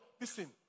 Listen